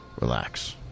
Relax